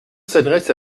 s’adresse